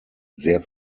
sehr